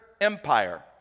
empire